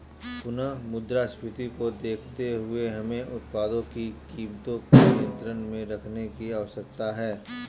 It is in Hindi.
पुनः मुद्रास्फीति को देखते हुए हमें उत्पादों की कीमतों को नियंत्रण में रखने की आवश्यकता है